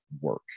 work